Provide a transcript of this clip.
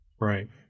Right